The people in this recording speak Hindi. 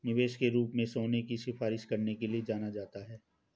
निवेश के रूप में सोने की सिफारिश करने के लिए जाना जाता है